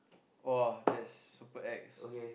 !wah! that's super ex